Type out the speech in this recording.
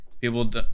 people